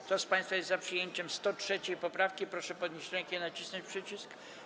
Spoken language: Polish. Kto z państwa jest za przyjęciem 103. poprawki, proszę podnieść rękę i nacisnąć przycisk.